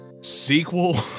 sequel